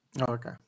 okay